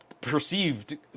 perceived